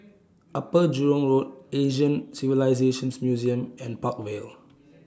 Upper Jurong Road Asian Civilisations Museum and Park Vale